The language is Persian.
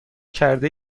کرده